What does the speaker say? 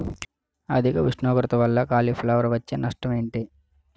అధిక ఉష్ణోగ్రత వల్ల కాలీఫ్లవర్ వచ్చే నష్టం ఏంటి?